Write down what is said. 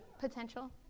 potential